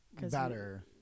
better